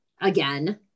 again